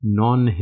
non